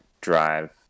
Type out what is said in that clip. drive